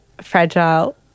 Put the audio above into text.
fragile